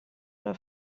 una